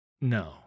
No